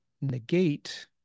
negate